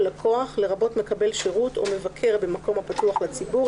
"לקוח" לרבות מקבל שירות או מבקר במקום הפתוח לציבור,